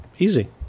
easy